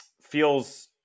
Feels